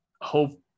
hope